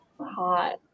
Hot